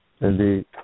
Indeed